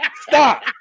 Stop